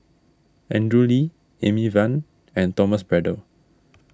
Andrew Lee Amy Van and Thomas Braddell